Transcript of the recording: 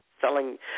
selling